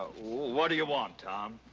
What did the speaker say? what do you want, tom?